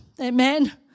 amen